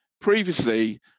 previously